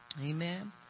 Amen